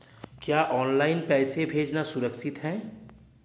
क्या ऑनलाइन पैसे भेजना सुरक्षित है?